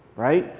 right?